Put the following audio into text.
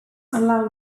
allow